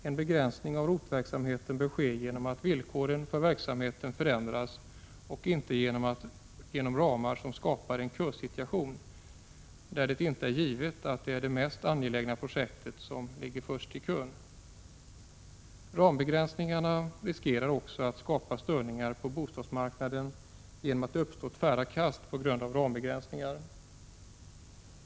En begränsning av ROT-verksamheten bör ske genom att villkoren för verksamheten förändras och inte genom ramar som skapar en kösituation, där det inte är givet att de mest angelägna projekten ligger först i kön. Rambegränsningar riskerar också att skapa störningar på bostadsmarknaden genom att det på grund av dessa uppstår tvära kast.